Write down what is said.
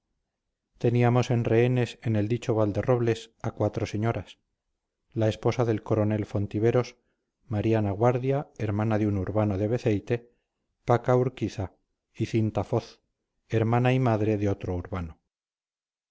teníamos en rehenes en el dicho valderrobles a cuatro señoras la esposa del coronel fontiveros mariana guardia hermana de un urbano de beceite paca urquiza y cinta foz hermana y madre de otro urbano